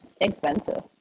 Expensive